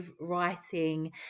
writing